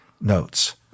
notes